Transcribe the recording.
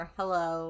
hello